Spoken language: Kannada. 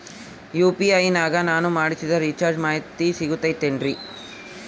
ಯು.ಪಿ.ಐ ನಾಗ ನಾನು ಮಾಡಿಸಿದ ರಿಚಾರ್ಜ್ ಮಾಹಿತಿ ಸಿಗುತೈತೇನ್ರಿ?